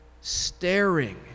staring